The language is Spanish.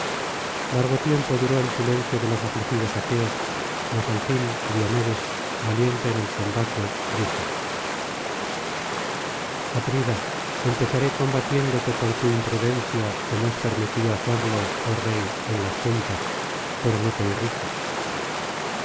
largo tiempo duró el silencio de los afligidos aqueos mas al fin diomedes valiente en el combate dijo atrida empezaré combatiéndote por tu imprudencia como es permitido hacerlo oh rey en las juntas pero no te irrites